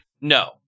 No